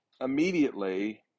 immediately